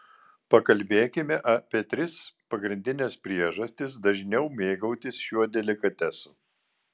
pakalbėkime apie tris pagrindines priežastis dažniau mėgautis šiuo delikatesu